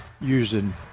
using